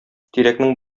тирәкнең